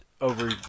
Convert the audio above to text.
over